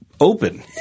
open